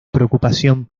preocupación